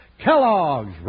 Kellogg's